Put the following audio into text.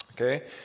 okay